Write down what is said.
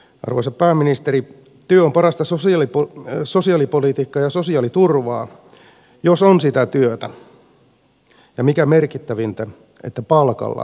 arvoisa pääministeri työ on parasta sosiaalipolitiikkaa ja sosiaaliturvaa jos on sitä työtä ja mikä merkittävintä jos palkalla tulee toimeen